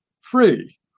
free